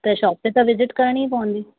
त शॉप ते त विज़िट करणी ई पवंदी